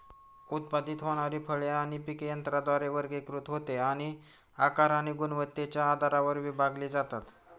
उत्पादित होणारी फळे आणि पिके यंत्राद्वारे वर्गीकृत होते आणि आकार आणि गुणवत्तेच्या आधारावर विभागली जातात